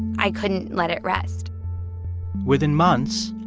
i couldn't let it rest within months,